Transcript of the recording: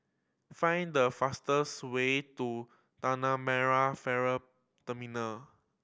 find the fastest way to Tanah Merah Ferry Terminal